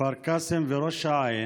כפר קאסם וראש העין,